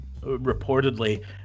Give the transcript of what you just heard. reportedly